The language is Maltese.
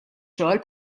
xogħol